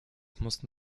musste